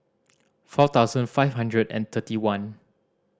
four thousand five hundred and thirty one